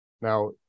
Now